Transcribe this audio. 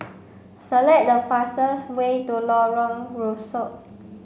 select the fastest way to Lorong Rusuk